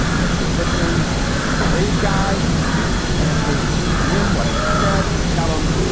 or if you're listening with a brave guy and you need to translate for him what i just said, tell him.